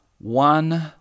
one